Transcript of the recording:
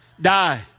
die